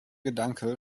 gedanke